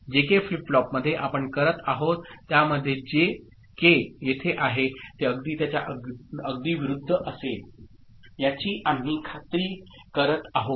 जे के फ्लिप फ्लॉपमध्ये आपण करत आहोत त्यामध्ये जे के येथे आहे ते अगदी त्याच्या अगदी विरुद्ध असेल याची आम्ही खात्री करत आहोत